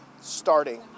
Starting